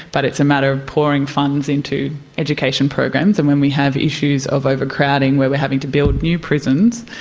but it's a matter of pouring funds into education programs. and when we have issues of overcrowding where we are having to build new prisons,